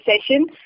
session